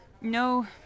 No